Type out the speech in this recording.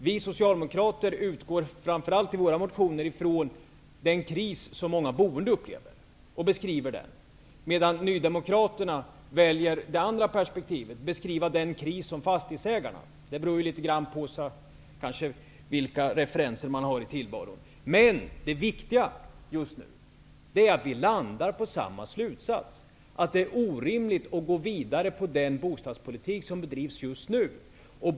Vi soci aldemokrater utgår i våra motioner framför allt ifrån den kris som många boende upplever, och vi beskriver den. Nydemokraterna väljer det andra perspektivet och beskriver den kris som fastig hetsägarna upplever. Det beror kanske på vilka referenser man har i tillvaron. Det viktiga just nu är att vi landar på samma slutsats, nämligen att det är orimligt att gå vidare med den bostadspolitik som bedrivs just nu.